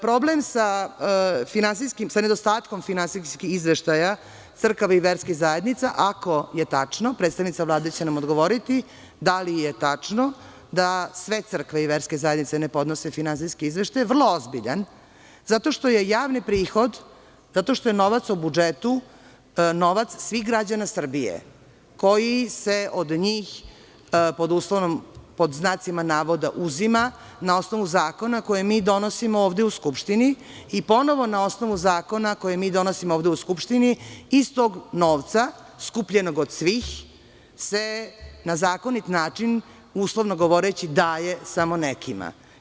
Problem sa nedostatkom finansijskih izveštaja crkava i verskih zajednica, ako je tačno, predstavnica Vlade će nam odgovoriti da li je tačno da sve crkve i verske zajednice ne podnose finansijske izveštaje, je vrlo ozbiljan, zato što je javni prihod, zato što je novac u budžetu – novac svih građana Srbije, koji se od njih "uzima" na osnovu zakona koje mi donosimo ovde u Skupštini i ponovo, na osnovu zakona koje mi donosimo ovde u Skupštini, iz tog novca skupljenog od svih se na zakonit način, uslovno govoreći, daje samo nekima.